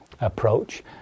approach